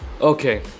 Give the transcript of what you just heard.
okay